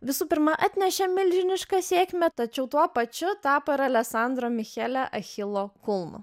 visų pirma atnešė milžinišką sėkmę tačiau tuo pačiu tapo ir alesandro michelio achilo kulnu